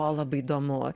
buvo labai įdomu